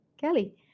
kelly